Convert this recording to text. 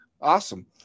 Awesome